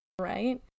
right